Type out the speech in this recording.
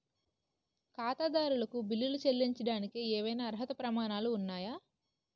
ఖాతాదారులకు బిల్లులు చెల్లించడానికి ఏవైనా అర్హత ప్రమాణాలు ఉన్నాయా?